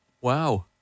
Wow